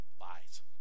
lies